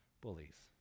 bullies